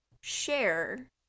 share